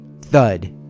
Thud